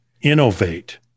innovate